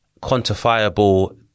quantifiable